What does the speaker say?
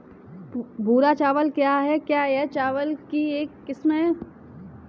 भूरा चावल क्या है? क्या यह चावल की एक किस्म है?